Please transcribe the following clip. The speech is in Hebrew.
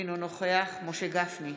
אינו נוכח משה גפני,